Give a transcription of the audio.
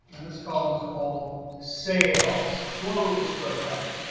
and this column is called sales. close square bracket,